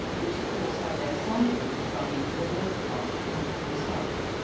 which of course have their side-walls running for the most part north and south,